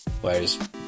Whereas